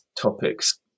topics